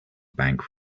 bank